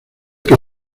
que